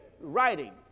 writing